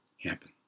happen